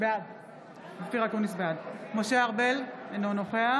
(קוראת בשמות חברי הכנסת) משה ארבל, אינו נוכח